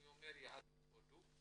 אני אומר יהדות הודו,